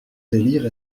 délire